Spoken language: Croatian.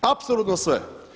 Apsolutno sve.